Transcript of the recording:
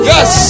Yes